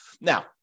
Now